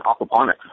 aquaponics